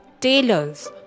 tailors